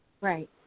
Right